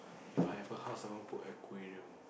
If I have a house I want put aquarium